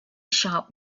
sharp